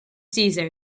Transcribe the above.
caesar